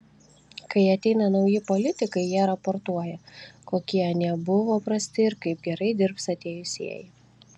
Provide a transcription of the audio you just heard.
kai ateina nauji politikai jie raportuoja kokie anie buvo prasti ir kaip gerai dirbs atėjusieji